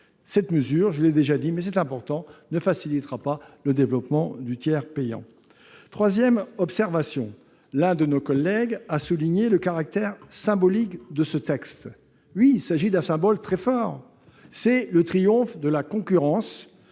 Cette mesure, je l'ai déjà dit, mais c'est important, ne facilitera pas le développement du tiers payant. Troisième observation, l'un de nos collègues a souligné le caractère symbolique de ce texte. Oui, il s'agit d'un symbole très fort. C'est le triomphe de la concurrence